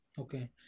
Okay